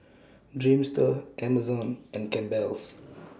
Dreamster Amazon and Campbell's